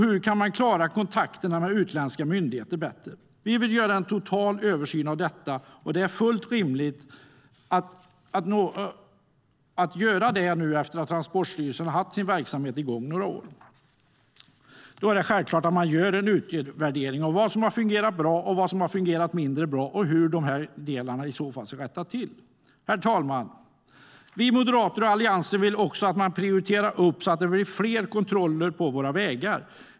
Hur kan man klara kontakterna med utländska myndigheter bättre? Vi vill göra en total översyn av detta, och det är fullt rimligt att göra det efter att Transportstyrelsen nu har haft sin verksamhet igång i några år. Då är det självklart att man gör en utvärdering av vad som har fungerat bra, vad som har fungerat mindre bra och hur vissa delar i så fall ska rättas till. Herr talman! Vi i Moderaterna och i Alliansen vill även att man prioriterar fler kontroller på våra vägar.